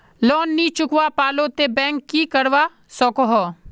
Loan नी चुकवा पालो ते बैंक की करवा सकोहो?